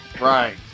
Right